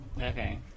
Okay